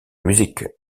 musique